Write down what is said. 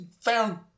found